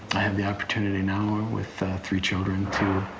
have the opportunity now, with three children, to